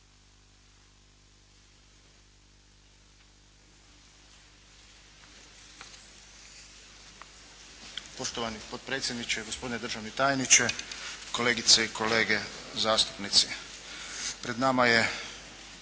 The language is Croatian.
Poštovani potpredsjedniče, gospodine državni tajniče, kolegice i kolege zastupnici. Pred nama je